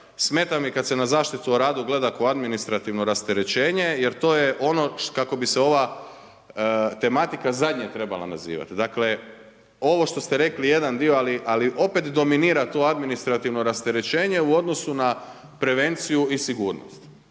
smeta mi kada se na zaštitu na radu gleda kao na administrativno rasterećenje jer to je ono kako bi se ova tematika zadnje trebala nazivati. Dakle, ovo što ste rekli jedan dio, ali opet dominira tu administrativno rasterećenje u odnosu na prevenciju i sigurnost.